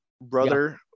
brother